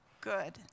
good